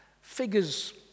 figures